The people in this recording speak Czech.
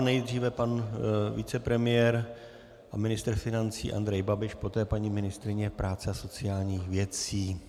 Nejdříve pan vice premiér a ministr financí Andrej Babiš, poté paní ministryně práce a sociálních věcí.